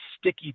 sticky